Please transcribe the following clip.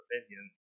opinion